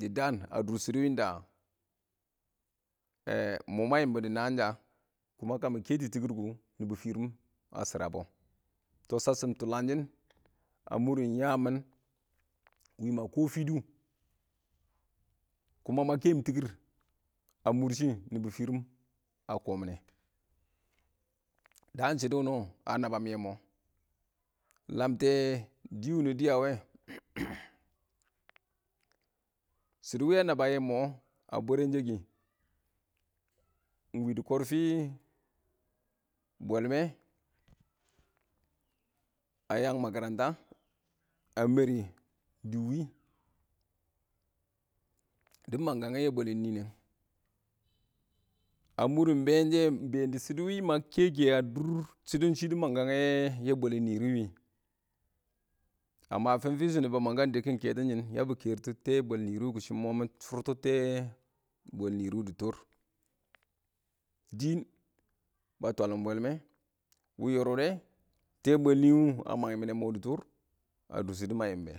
Dɪ daan a dʊr shɪdɔ wɪ ɪng da ma yɪmbɔ dɪ na ɪng sha. Kamɪ kɛ tɪkɪr kʊ ba shɪrabɔ, tɔ shasshɪm tulangshɪn a mʊrɪn yaam mɪn wɪ ma kɔ fɪdʊ kuma ma kɛɛm tikir a mʊr shɪ nɪbɔ firim a kɔmɪn nɛ, daan shɪdo wɪ nɪ, a nabba yɛ mɔ lamte dɪ wɪ nɪ dɪya wɛ shɪdɔ wɪ a nabba yɛ mɔ A bwɛrɛnshɛ kɪ, ɪng wɪ dɪ kɔrfɪ bwɛlmwɛ a yang makaranta a mɛrɪ dɪ, dɪ mangkangɛ yɛ bwɛlɪn nineng a mʊrɪn be ɪng shɛ mɪ been dɪ shɪdɔ wɪ ma kɛkɛ wɪ a dʊr shɪdɔ shɪ dɪ mang kangɛ kɛ yɛ bwelin nɪrɪ wɪ, amma a fɪɪn fɪshʊ,ba mang-kang dəbkɪn keto shɪ yabɪ kɛrtʊ tɛɛ bwɛl nɪrɪ kʊ shɪ ɪng mɔ mɪ shʊrtɔ tee bwɛl nɪrɪ wʊ dɪ tɔr, dɪn ba twalim bwɛlmɛ wɪ yɔrɔb dɛ, tɛɛ bwɛl nɪrɪ wʊ a mang yɪmɪnɛ dɪ toor a dʊr shɪdɔ wɪ ma yɪmbɛ.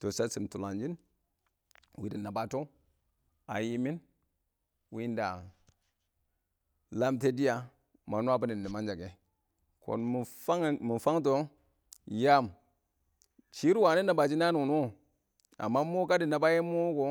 Tɔ shasshɪm tʊlangshɪn wɪ dɪ nabba tɔ a yɪɪm mɪn wɪ ɪng da a lamte dɪya na nwabɔ dɪ nɪmansha kɛ, kɔn mɪ fangɪn mɪ fangtɔ, yaam, shɪrr ɪng wa ɪng nabba shɪn naan wʊnɪ wɔ, amma mɔ ka dɪ nabba yɛ mɔ kɔ.